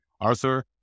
Arthur